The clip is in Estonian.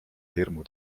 hirmu